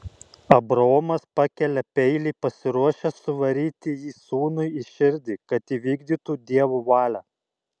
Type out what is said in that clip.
abraomas pakelia peilį pasiruošęs suvaryti jį sūnui į širdį kad įvykdytų dievo valią